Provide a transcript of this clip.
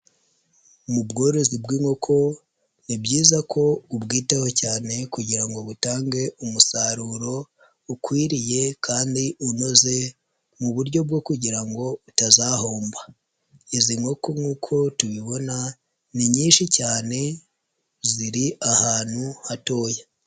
Mu bworozi bw'inkoko ni byiza ko ubwitaho cyane kugira ngo butange umusaruro ukwiriye kandi unoze mu buryo bwo kugira ngo utazahomba, izi nkoko nk'uko tubibona ni nyinshi cyane ziri ahantu hatoya.